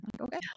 okay